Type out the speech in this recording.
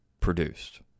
produced